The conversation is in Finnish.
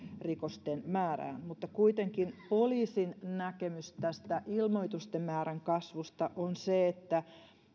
rikosten määrää mutta kuitenkin poliisin näkemys tästä ilmoitusten määrän kasvusta on se että